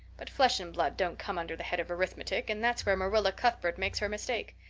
but flesh and blood don't come under the head of arithmetic and that's where marilla cuthbert makes her mistake.